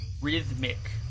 rhythmic